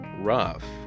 Rough